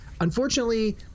Unfortunately